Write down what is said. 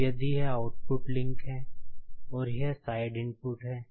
अब यदि यह आउटपुट लिंक है और यह साइड इनपुट है